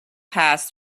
pass